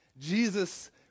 Jesus